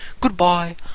Goodbye